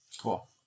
Cool